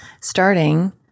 starting